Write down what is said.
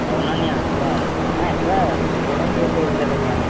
అవును అన్నయ్యా అసలు సినిమా ఎక్కడ తీసేయడానికి ఏం లేదు కదా అన్నయ్య